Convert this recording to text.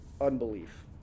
unbelief